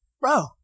bro